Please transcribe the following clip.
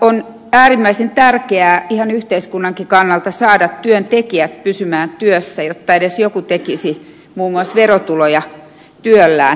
on äärimmäisen tärkeää ihan yhteiskunnankin kannalta saada työntekijät pysymään työssä jotta edes joku tekisi muun muassa verotuloja työllään